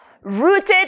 Rooted